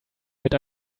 mit